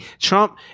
Trump